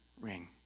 ring